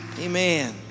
Amen